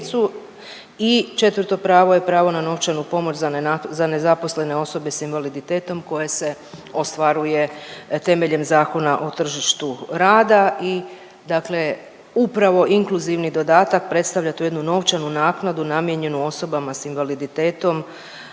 i 4. pravo je pravo na novčanu pomoć za nezaposlene osobe s invaliditetom koje se ostvaruje temeljem Zakona o tržištu rada i dakle upravo inkluzivni dodatak predstavlja tu jednu novčanu naknadu namijenjenu osobama s invaliditetom